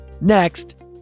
Next